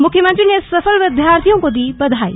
मुख्यमंत्री ने सफल विद्यार्थियों को दी बधाई